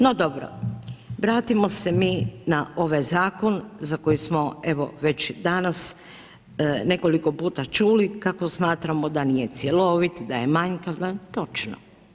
No dobro, vratimo se mi na ovaj zakon za koji smo evo već danas nekoliko puta čuli kako smatramo da nije cjelovit, da je manjkav, točno.